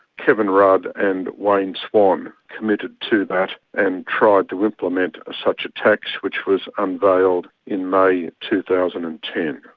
kevin rudd and wayne swan committed to that and tried to implement such a tax, which was unveiled in may two thousand and ten.